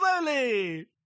slowly